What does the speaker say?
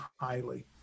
highly